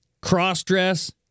Cross-dress